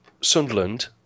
Sunderland